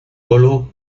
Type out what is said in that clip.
colo